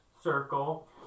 circle